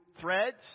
threads